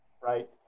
Right